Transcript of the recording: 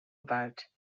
about